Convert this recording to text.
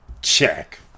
check